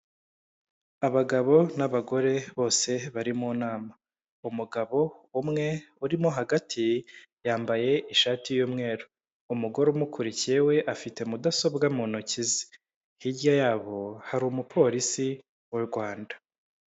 Abagabo n'abagore bose bari mu nama, umugabo umwe urimo hagati yambaye ishati y'mweru umugore umukurikiye we afite mudasobwa mu ntoki ze, hirya yabo hari umupolisi w'u Rwanda.